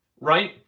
right